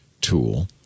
tool